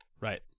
Right